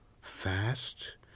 fast